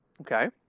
Okay